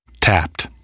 Tapped